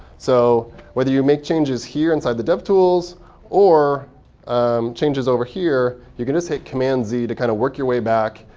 so whether you make changes here inside the devtools or um changes over here, you can just hit command-z to kind of work your way back.